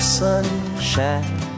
sunshine